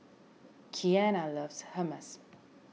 Keanna loves Hummus